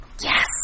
Yes